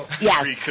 Yes